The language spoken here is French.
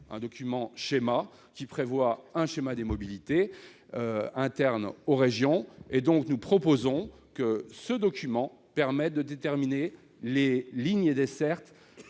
d'un document-schéma, le SRADDET, qui prévoit un schéma des mobilités interne aux régions. Nous proposons que ce document permette de déterminer les lignes et dessertes